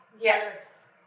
Yes